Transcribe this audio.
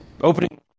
opening